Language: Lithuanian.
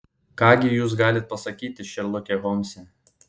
ką gi jūs galit pasakyti šerloke holmse